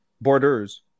borders